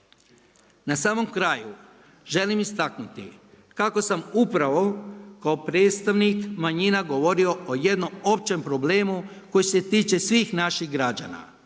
Na samom kraju želim istaknuti kako sam upravo kao predstavnik manjina govorio o jednom općem problemu koji se tiče svih naših građana